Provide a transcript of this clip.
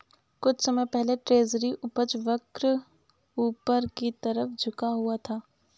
कुछ समय पहले ट्रेजरी उपज वक्र ऊपर की तरफ झुका हुआ था